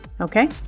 Okay